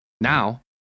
Now